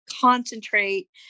concentrate